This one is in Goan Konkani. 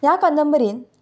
ह्या कादंबरीन